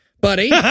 buddy